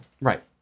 Right